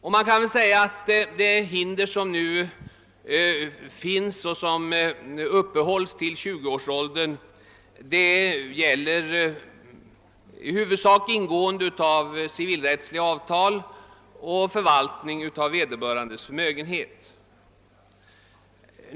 De begränsningar som nu upprätthålls till 20-årsåldern gäller huvudsakligen ingående av civilrättsliga avtal och förvaltningen av egen förmögenhet.